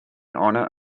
honour